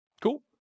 Cool